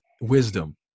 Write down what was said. wisdom